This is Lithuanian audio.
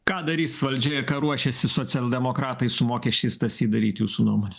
ką darys valdžia ir ką ruošėsi socialdemokratai su mokesčiais stasy daryt jūsų nuomone